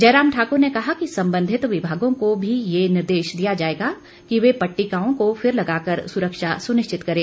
जयराम ठाक्र ने कहा कि संबंधित विभागों को भी ये निर्देश दिया जाएगा कि वे पट्टिकाओं को फिर लगाकर सुरक्षा सुनिश्चित करें